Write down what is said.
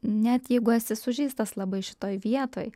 net jeigu esi sužeistas labai šitoj vietoj